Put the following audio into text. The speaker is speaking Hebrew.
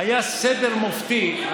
היה סדר מופתי.